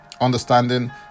understanding